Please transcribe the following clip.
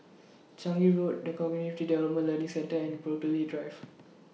Changi Road The Cognitive Development Learning Centre and Burghley Drive